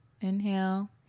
Inhale